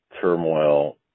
turmoil